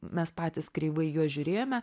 mes patys kreivai į juos žiūrėjome